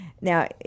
now